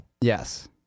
Yes